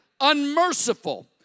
unmerciful